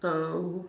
uh